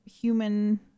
human